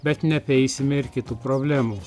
bet neapeisime ir kitų problemų